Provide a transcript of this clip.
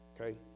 okay